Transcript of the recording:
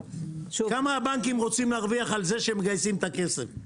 כמה הבנקים רוצים להרוויח על זה שהם מגייסים את הכסף?